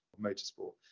motorsport